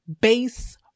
base